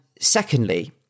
secondly